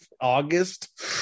August